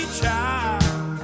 child